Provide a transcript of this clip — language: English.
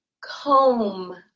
comb